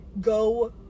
go